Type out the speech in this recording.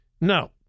No